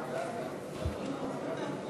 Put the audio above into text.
הצעת סיעות מרצ,